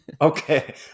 Okay